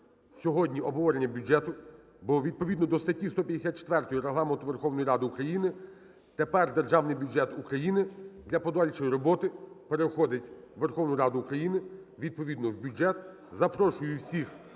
сьогодні обговорення бюджету, бо відповідно до статті 154 Регламенту Верховної Ради України тепер Державний бюджет України для подальшої роботи переходить у Верховну Раду України, відповідно в бюджет…. Запрошую всіх